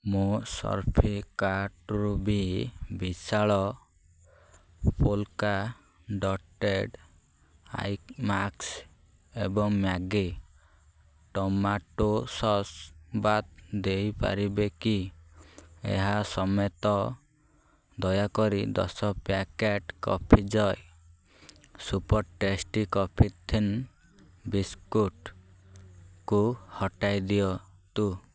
ମୋ ସର୍ଭେ କାର୍ଟ୍ରୁ ବି ବିଶାଳ ପୋଲ୍କା ଡ଼ଟେଡ଼୍ ଆଇ ମାସ୍କ୍ ଏବଂ ମ୍ୟାଗି ଟମାଟୋ ସସ୍ ବାଦ୍ ଦେଇପାରିବେ କି ଏହା ସମେତ ଦୟାକରି ଦଶ ପ୍ୟାକେଟ୍ କଫି ଜୟ୍ ସୁପର୍ ଟେଷ୍ଟି କଫି ଥିନ୍ ବିସ୍କୁଟ୍କୁ ହଟାଇଦିଅନ୍ତୁ